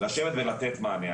לשבת ולתת מענה.